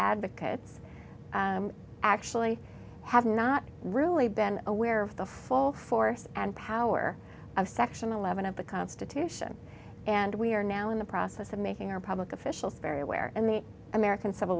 advocates actually have not really been aware of the full force and power of section eleven of the constitution and we are now in the process of making our public officials very aware in the american civil